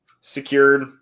secured